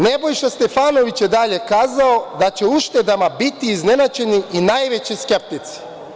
Nebojša Stefanović je dalje kazao da će uštedama biti iznenađeni i najveći skeptici.